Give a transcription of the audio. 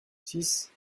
six